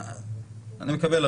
אני מקלב,